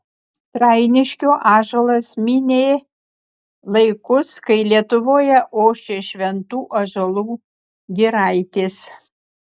trainiškio ąžuolas minė laikus kai lietuvoje ošė šventų ąžuolų giraitės